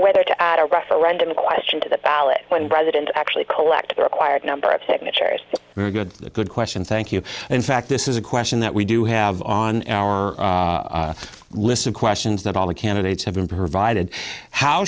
whether to add a referendum question to the ballot when president actually collect the required number of signatures are good a good question thank you in fact this is a question that we do have on our list of questions that all the candidates have been provided how